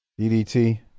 DDT